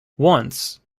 once